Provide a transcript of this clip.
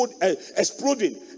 exploding